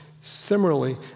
Similarly